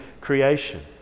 creation